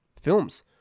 films